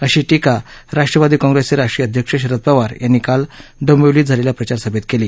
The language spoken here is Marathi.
अशी टिका राष्ट्रवादी काँप्रेसचे राष्ट्रीय अध्यक्ष शरद पवार यांनी काल डोंबिवलीत झालेल्या प्रचारसभेत केली